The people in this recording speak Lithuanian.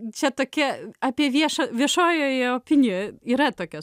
čia tokia apie viešą viešojoje opinijoj yra tokia